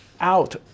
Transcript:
out